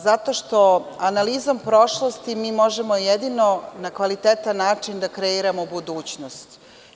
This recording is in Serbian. Zato što analizom prošlosti mi možemo jedino na kvalitetan način da kreiramo budućnost.